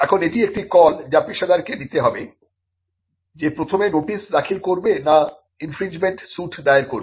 এখন এটি একটি কল যা পেশাদারকে নিতে হবে যে প্রথমে নোটিস দাখিল করবে না ইনফ্রিংঞ্জমেন্ট সুট দায়ের করবে